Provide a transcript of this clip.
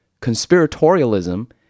Conspiratorialism